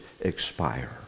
expire